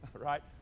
right